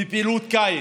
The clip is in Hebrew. פעילות הקיץ.